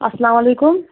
السلامُ علیکم